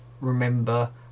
remember